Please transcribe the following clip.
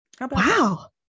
Wow